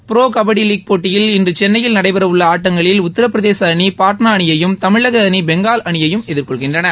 pro kabaddi league போட்டியில் இன்று சென்னையில் நடைபெறவுள்ள ஆட்டங்களில் உத்திரபிரதேச அணி பாட்னா அணியையும் தமிழக அணி பெங்கால் அணியையும் எதிர்கொள்கின்றன